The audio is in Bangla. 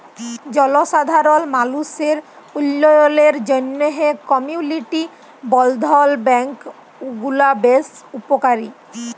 জলসাধারল মালুসের উল্ল্যয়লের জ্যনহে কমিউলিটি বলধ্ল ব্যাংক গুলা বেশ উপকারী